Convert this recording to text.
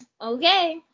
okay